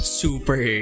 super